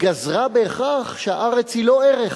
גזרה בהכרח שהארץ היא לא ערך.